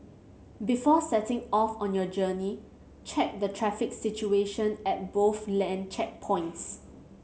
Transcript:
before setting off on your journey check the traffic situation at both land checkpoints